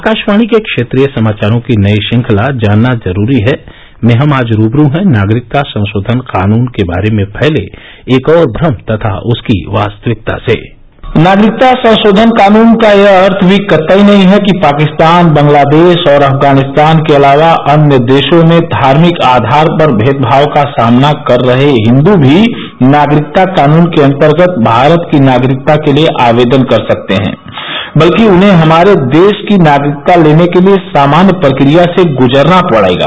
आकाशवाणी के क्षेत्रीय समाचारों की नई श्रृंखला जानना जरूरी है में हम आज रूबरू हैं नागरिकता संशोधन कानून के बारे में फैले एक और भ्रम तथा उसकी वास्तविकता से नागरिकता संशोधन कानून का यह अर्थ भी कतई नहीं है कि पाकिस्तान बांग्लादेश और अफगानिस्तान के अलावा अन्य देशों में धार्मिक आधार पर भेदभाव का सामना कर रहे हिन्द भी नागरिकता कानन के अंतर्गत भारत की नागरिकता के लिए आवेदन कर सकते हैं बल्कि उन्हें हमारे देश की नागरिकता लेने के लिए सामान्य प्रकिया से ग्रजरना होगा